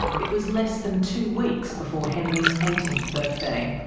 it was less than two weeks before henry's eighteenth birthday.